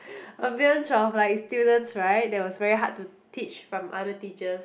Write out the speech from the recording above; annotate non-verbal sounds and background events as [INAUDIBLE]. [BREATH] a bunch of like students right that was very hard to teach from other teachers